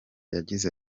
yagize